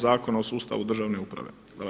Zakona o sustavu državne uprave.